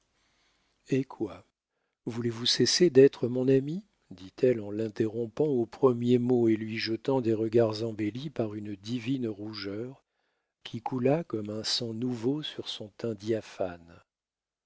hé quoi voulez-vous cesser d'être mon ami dit-elle en l'interrompant au premier mot et lui jetant des regards embellis par une divine rougeur qui coula comme un sang nouveau sur son teint diaphane